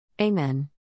Amen